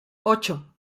ocho